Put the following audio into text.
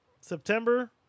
September